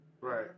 Right